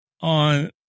on